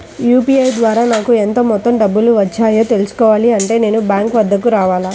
UPI ద్వారా నాకు ఎంత మొత్తం డబ్బులు వచ్చాయో తెలుసుకోవాలి అంటే నేను బ్యాంక్ వద్దకు రావాలా?